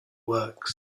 works